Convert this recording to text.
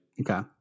Okay